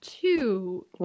Two